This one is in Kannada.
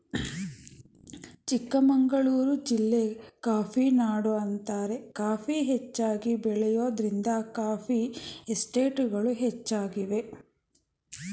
ಚಿಕ್ಕಮಗಳೂರು ಜಿಲ್ಲೆ ಕಾಫಿನಾಡು ಅಂತಾರೆ ಕಾಫಿ ಹೆಚ್ಚಾಗಿ ಬೆಳೆಯೋದ್ರಿಂದ ಕಾಫಿ ಎಸ್ಟೇಟ್ಗಳು ಹೆಚ್ಚಾಗಿವೆ